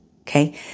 okay